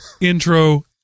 intro